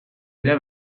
dira